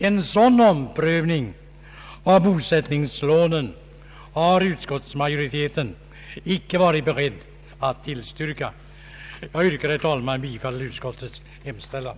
En sådan omprövning av bosättningslånereglerna har utskottsmajoriteten icke varit beredd att tillstyrka. Jag yrkar, herr talman, bifall till utskottets hemställan.